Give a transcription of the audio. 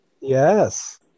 yes